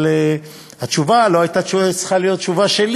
אבל התשובה לא הייתה צריכה להיות שלי,